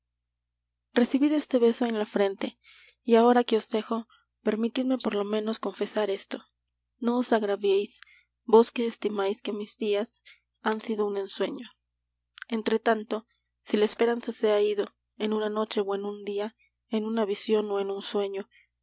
recibid este beso en la frente y ahora que os dejo permitidme por lo menos confesar esto no os agraviéis vos que estimáis que mis días han sido un ensueño entretanto si la esperanza se ha ido en una noche o en un día en una visión o en un sueño